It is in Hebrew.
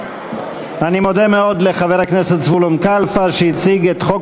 אני מודה מאוד לחבר הכנסת זבולון קלפה שהציג את הצעת